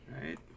right